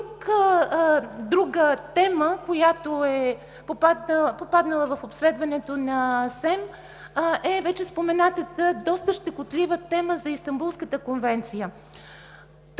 Друга тема, която е попаднала в обследването на СЕМ, е вече споменатата, доста щекотлива тема за Истанбулската конвенция. Тук